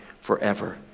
forever